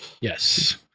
yes